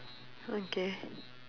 okay